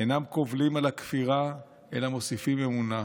אינם קובלים על הכפירה אלא מוסיפים אמונה,